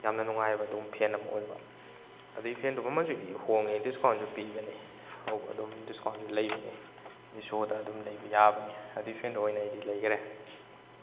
ꯌꯥꯝꯅ ꯅꯨꯡꯉꯥꯏꯕ ꯑꯗꯨꯒꯨꯝꯕ ꯐꯦꯟ ꯑꯃ ꯑꯣꯏꯕ ꯑꯗꯨꯏ ꯐꯦꯟꯗꯣ ꯃꯃꯟꯁꯨ ꯍꯣꯡꯉꯦ ꯗꯤꯁꯀꯥꯎꯟꯁꯨ ꯄꯤꯕꯅꯤ ꯑꯗꯨꯝ ꯗꯤꯁꯀꯥꯎꯟꯁꯨ ꯂꯩꯕꯅꯤ ꯃꯦꯁꯣꯗ ꯑꯗꯨꯝ ꯂꯩꯕ ꯌꯥꯕꯅꯤ ꯑꯗꯨꯏ ꯐꯦꯟꯗꯣ ꯑꯣꯏꯅ ꯑꯩꯗꯤ ꯂꯩꯈꯔꯦ